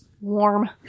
Warm